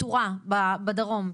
קטורה בדרום,